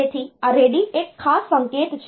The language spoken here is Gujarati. તેથી આ રેડી એક ખાસ સંકેત છે